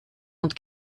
und